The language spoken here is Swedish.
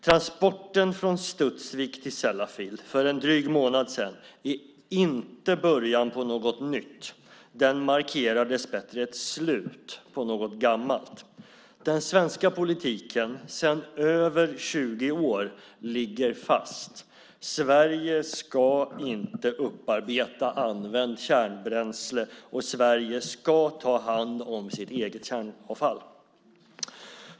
Transporten från Studsvik till Sellafield för en dryg månad sedan är inte början på något nytt - den markerar dessbättre ett slut på något gammalt. Den svenska politiken sedan över 20 år ligger fast. Sverige ska inte upparbeta använt kärnbränsle, och Sverige ska ta hand om sitt eget kärnavfall.